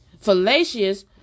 fallacious